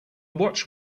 watch